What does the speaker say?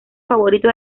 favorito